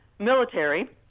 military